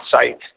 site